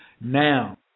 Now